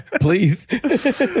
please